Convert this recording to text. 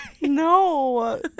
No